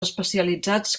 especialitzats